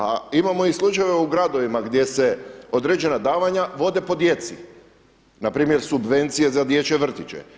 A imamo i slučajeve u gradovima gdje se određena davanja vode po djeci, na primjer subvencije za dječje vrtiće.